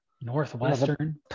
Northwestern